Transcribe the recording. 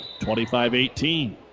25-18